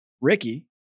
Ricky